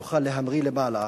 יוכל להמריא, למעלה,